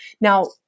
Now